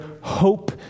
hope